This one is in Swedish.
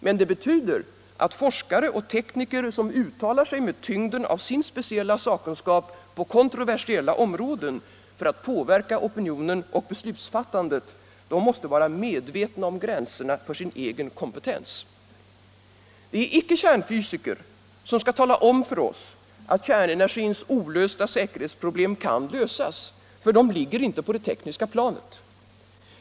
Men det betyder att forskare och tekniker som uttalar sig med tyngden av sin speciella sakkunskap på kontroversiella områden, för att påverka opinionen och beslutsfattandet, måste vara medvetna om gränserna för sin egen kompetens. Det är icke kärnfysiker som skall tala om för oss att kärnenergins olösta säkerhetsproblem kan lösas, för de problemen ligger inte på det tekniska planet.